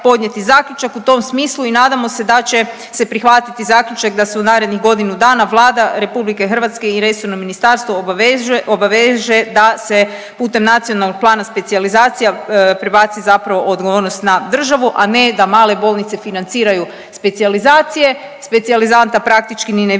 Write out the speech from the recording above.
u tom smislu i nadamo se da će se prihvatiti zaključak da se u narednih godinu dana Vlada RH i resorno ministarstvo obveže da se putem Nacionalnog plana specijalizacija prebaci zapravo odgovornost na državu a ne da male bolnice financiraju specijalizacije, specijalizanta praktički ni ne vide,